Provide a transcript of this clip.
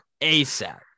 ASAP